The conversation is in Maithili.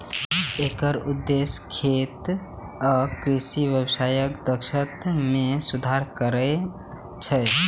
एकर उद्देश्य खेत आ कृषि व्यवसायक दक्षता मे सुधार करब छै